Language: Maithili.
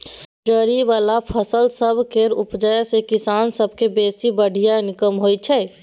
जरि बला फसिल सब केर उपज सँ किसान सब केँ बेसी बढ़िया इनकम होइ छै